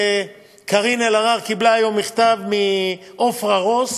וקארין אלהרר קיבלה היום מכתב מעפרה רוס,